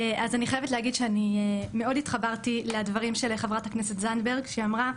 אני חייבת להגיד שאני מאוד התחברתי לדברים של חברת הכנסת זנדברג שאמרה,